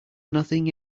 nothing